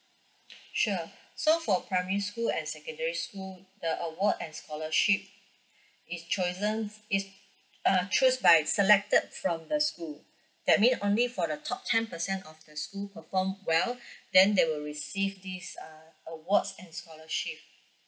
sure so for primary school and secondary school the award and scholarship is chosen is uh choose by selected from the school that mean only for the top ten percent of the school perform well then they will receive this uh awards and scholarship